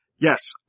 Yes